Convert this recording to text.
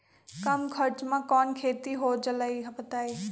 कम खर्च म कौन खेती हो जलई बताई?